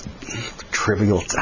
trivial